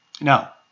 Now